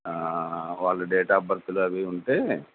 వాళ్ళ date of బర్త్లు అవీ ఉంటే